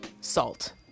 salt